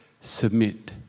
submit